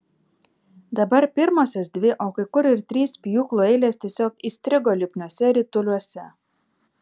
dabar pirmosios dvi o kai kur ir trys pjūklų eilės tiesiog įstrigo lipniuose rituliuose